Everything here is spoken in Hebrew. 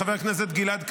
חבר הכנסת גלעד קריב,